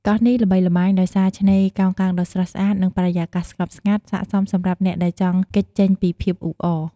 កោះនេះល្បីល្បាញដោយសារឆ្នេរកោងកាងដ៏ស្រស់ស្អាត និងបរិយាកាសស្ងប់ស្ងាត់ ស័ក្តិសមសម្រាប់អ្នកដែលចង់គេចចេញពីភាពអ៊ូអរ។